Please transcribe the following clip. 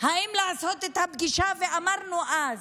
אם לעשות את הפגישה, ואמרנו אז: